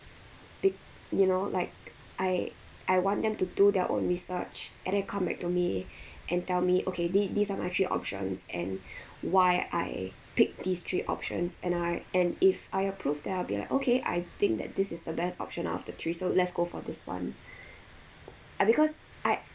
be~ you know like I I want them to do their own research and then come back to me and tell me okay thes~ these are my three options and why I pick these three options and I and if I approve then I'll be like okay I think that this is the best option out of the three so let's go for this one ah because I